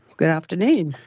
good afternoon.